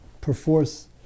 perforce